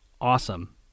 awesome